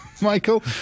Michael